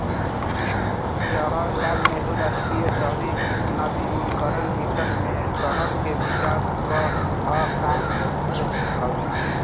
जवाहरलाल नेहरू राष्ट्रीय शहरी नवीनीकरण मिशन मे शहर के विकास कअ काम होत हवे